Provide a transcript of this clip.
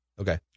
Okay